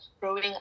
growing